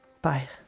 Bye